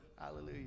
hallelujah